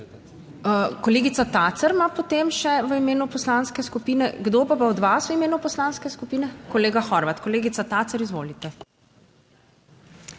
(Nadaljevanje) ima potem še v imenu poslanske skupine. Kdo pa bo od vas v imenu poslanske skupine? Kolega Horvat. Kolegica Tacer, izvolite.